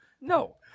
No